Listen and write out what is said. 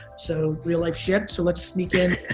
so real life shit, so let's sneak in